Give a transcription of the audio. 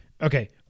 Okay